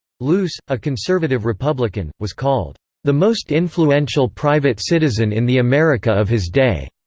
luce, a conservative republican, was called the most influential private citizen in the america of his day.